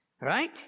right